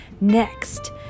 next